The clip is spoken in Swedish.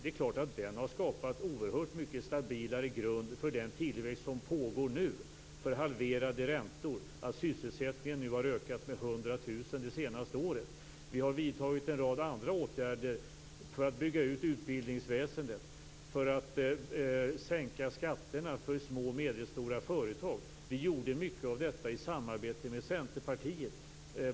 Det är klart att den har skapat oerhört mycket stabilare grund för den tillväxt som nu pågår, för halverade räntor och för att sysselsättningen nu har ökat med 100 000 personer det senaste året. Vi har också vidtagit en rad andra åtgärder för bygga ut utbildningsväsendet och för att sänka skatterna för små och medelstora företag. Vi gjorde mycket av detta i samarbete med Centerpartiet.